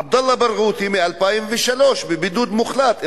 עבדאללה ברגותי, מ-2003 בבידוד מוחלט.